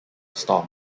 storm